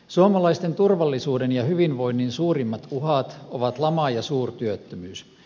suomalaisten turvallisuuden ja hyvinvoinnin suurimmat uhat ovat lama ja suurtyöttömyys